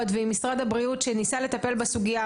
ועם משרד הבריאות שניסה לטפל בסוגיה,